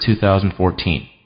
2014